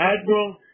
Admiral